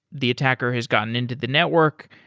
the attacker has gotten into the network.